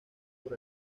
por